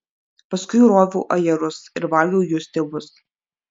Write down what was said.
paskui roviau ajerus ir valgiau jų stiebus